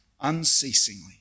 unceasingly